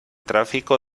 tráfico